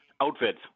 outfits